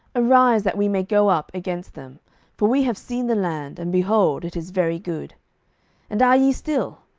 arise, that we may go up against them for we have seen the land, and, behold, it is very good and are ye still?